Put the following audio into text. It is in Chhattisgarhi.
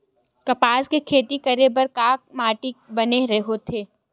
कपास के खेती करे बर का माटी बने होथे?